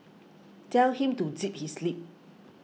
tell him to zip his lip